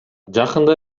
жакында